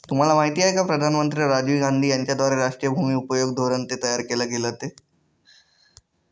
तुम्हाला माहिती आहे का प्रधानमंत्री राजीव गांधी यांच्याद्वारे राष्ट्रीय भूमि उपयोग धोरण तयार केल गेलं ते?